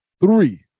three